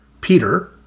Peter